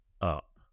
up